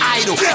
idol